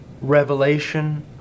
revelation